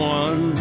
one